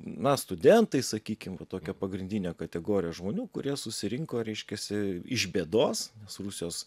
na studentai sakykim va tokia pagrindinė kategorija žmonių kurie susirinko reiškiasi iš bėdos nes rusijos